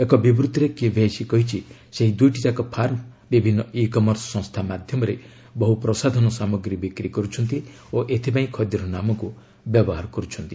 ଏକ ବିବୃତ୍ତିରେ କେଭିଆଇସି କହିଛି ସେହି ଦୁଇଟିଯାକ ଫାର୍ମ ବିଭିନ୍ନ ଇ କମର୍ସ ସଂସ୍ଥା ମାଧ୍ୟମରେ ବହୁ ପ୍ରସାଧନ ସାମଗ୍ରୀ ବିକ୍ରି କରୁଛନ୍ତି ଓ ଏଥିପାଇଁ ଖଦିର ନାମକୁ ବ୍ୟବହାର କରୁଛନ୍ତି